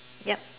yup